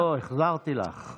לא, החזרתי לך.